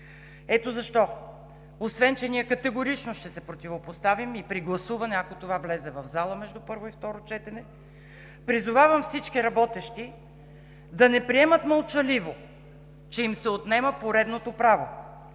Ето защо, освен че категорично ще се противопоставим и при гласуване, ако това влезе в залата между първо и второ четене, призовавам всички работещи да не приемат мълчаливо, че им се отнема поредното право,